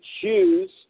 choose